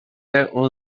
اون